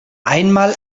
einmal